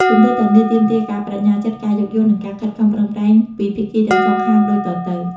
គន្លឹះទាំងនេះទាមទារការប្តេជ្ញាចិត្ត ការយោគយល់ និងការខិតខំប្រឹងប្រែងពីភាគីទាំងសងខាងដូចតទៅ។